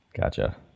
Gotcha